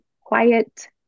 quiet